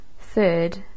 Third